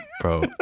Bro